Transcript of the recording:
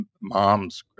moms